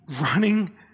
running